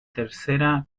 tercera